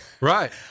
Right